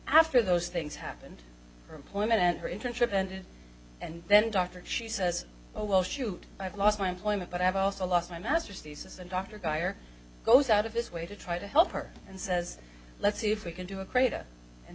after those things happened her employment and her internship ended and then dr she says oh well shoot i've lost my employment but i've also lost my master's thesis and dr geier goes out of his way to try to help her and says let's see if we can do a